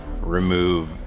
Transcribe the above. remove